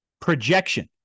Projection